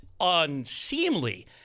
unseemly